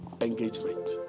engagement